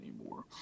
anymore